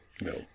no